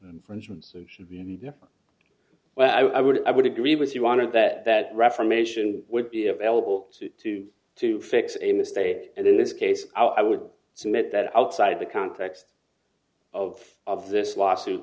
infringement suit should be any different i would i would agree with you on it that that reformation would be available to to fix a mistake and in this case out i would submit that outside the context of this lawsuit